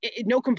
No